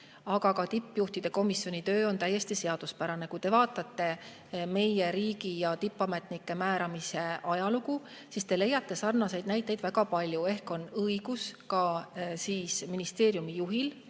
aga ka tippjuhtide komisjoni töö on täiesti seaduspärane. Kui te vaatate meie riigi ja tippametnike määramise ajalugu, siis leiate sarnaseid näiteid väga palju. Ka ministeeriumi juhil